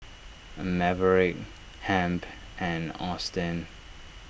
Maverick Hamp and Austin